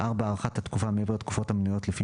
(4)הארכת התקופה מעבר לתקופות המנויות לפי